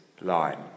line